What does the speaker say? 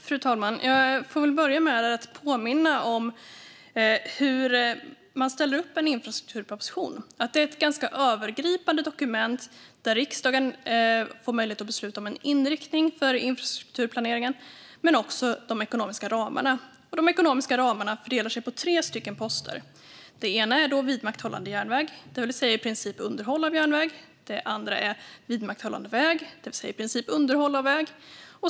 Fru talman! Jag får väl börja med att påminna om hur man ställer upp en infrastrukturproposition. Det är ett ganska övergripande dokument som ger riksdagen möjlighet att besluta om en inriktning för infrastrukturplaneringen men också de ekonomiska ramarna. De ekonomiska ramarna fördelar sig på tre poster. Den första är vidmakthållande järnväg, det vill säga i princip underhåll av järnväg. Den andra är vidmakthållande väg, det vill säga i princip underhåll av väg.